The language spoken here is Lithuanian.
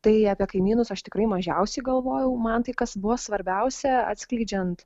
tai apie kaimynus aš tikrai mažiausiai galvojau man tai kas buvo svarbiausia atskleidžiant